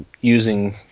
using